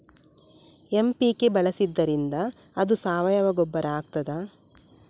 MPK ಬಳಸಿದ್ದರಿಂದ ಅದು ಸಾವಯವ ಗೊಬ್ಬರ ಆಗ್ತದ?